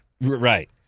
Right